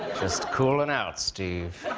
just cooling out, steve.